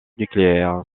nucléaire